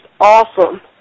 awesome